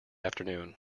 afternoon